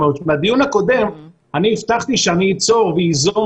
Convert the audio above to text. בדיון הקודם אני הבטחתי שאני אצור ואיזום